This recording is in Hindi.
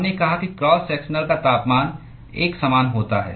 हमने कहा कि क्रॉस सेक्शनल का तापमान एक समान होता है